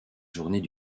journées